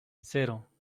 cero